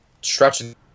stretching